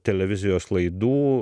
televizijos laidų